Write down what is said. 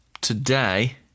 today